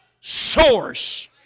source